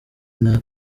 nta